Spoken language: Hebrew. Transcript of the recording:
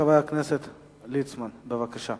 חבר הכנסת ליצמן, בבקשה.